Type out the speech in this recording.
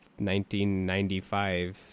1995